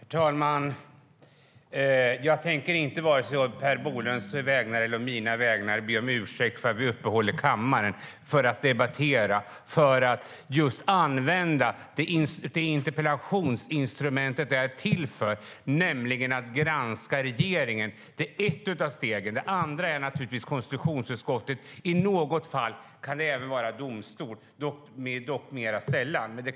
Fru talman! Jag tänker inte på vare sig Per Bolunds eller mina vägnar be om ursäkt för att vi uppehåller kammaren för att debattera och för att just använda interpellationsinstrumentet till det som det är till för, nämligen att granska regeringen. Det är ett av stegen. Det andra är naturligtvis konstitutionsutskottet. I något fall kan det även vara domstol, dock mera sällan.